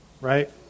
right